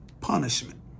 punishment